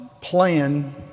plan